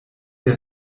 der